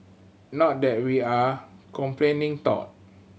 not that we are complaining though